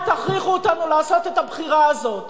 אל תכריחו אותנו לעשות את הבחירה הזאת.